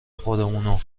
خودمونه